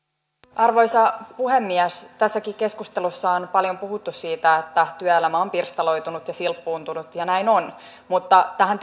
arvoisa puhemies tässäkin keskustelussa on paljon puhuttu siitä että työelämä on pirstaloitunut ja silppuuntunut ja näin on mutta tähän